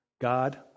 God